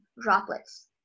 droplets